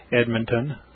Edmonton